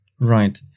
Right